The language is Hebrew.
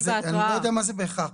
אני לא יודע מה זה בהכרח.